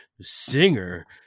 singer